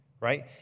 right